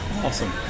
Awesome